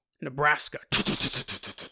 Nebraska